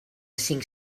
cinc